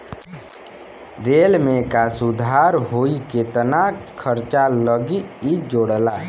rail में का सुधार होई केतना खर्चा लगी इ जोड़ला